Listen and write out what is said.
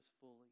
fully